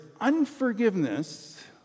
unforgiveness